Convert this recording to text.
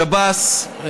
השב"ס,